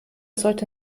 sollte